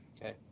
Okay